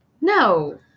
No